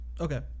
Okay